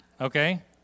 okay